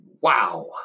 Wow